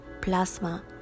plasma